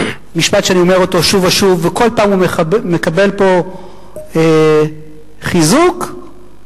משפט שאני אומר אותו שוב ושוב וכל פעם הוא מקבל פה חיזוק וכעס,